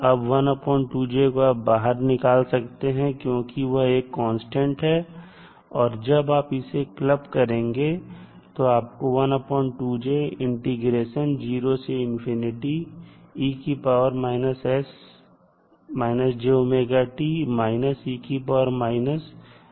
अब को आप बाहर निकाल सकते हैं क्योंकि वह एक कांस्टेंट है और जब आप इसे क्लब करेंगे तो आपको मिलेगा